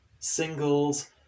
singles